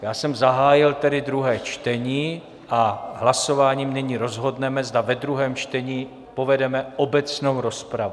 Já jsem tedy zahájil druhé čtení a hlasováním nyní rozhodneme, zda ve druhém čtení povedeme obecnou rozpravu.